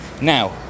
Now